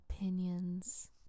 opinions